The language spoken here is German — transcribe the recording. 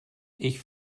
ich